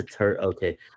okay